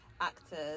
actors